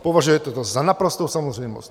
Považujete to za naprostou samozřejmost.